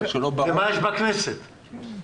מה יש בכנסת?